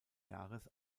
jahres